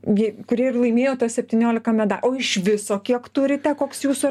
gi kurie ir laimėjo tuos septyniolika meda o iš viso kiek turite koks jūsų